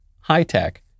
high-tech